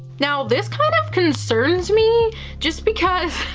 now, this kind of concerns me just because